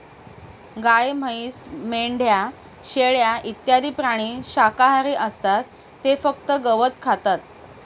गाय, म्हैस, मेंढ्या, शेळ्या इत्यादी प्राणी शाकाहारी असतात ते फक्त गवत खातात